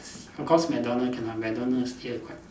of course McDonald cannot McDonald still quite